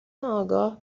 آگاه